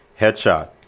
headshot